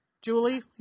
Julie